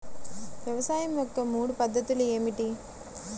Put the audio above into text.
వ్యవసాయం యొక్క మూడు పద్ధతులు ఏమిటి?